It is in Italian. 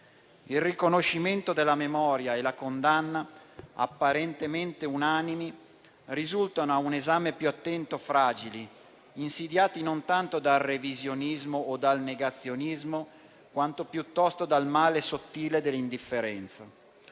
Il riconoscimento della memoria e la condanna, apparentemente unanimi, a un esame più attento risultano fragili, insidiati non tanto dal revisionismo o dal negazionismo, quanto piuttosto dal male sottile dell'indifferenza.